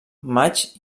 maig